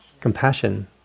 Compassion